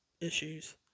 issues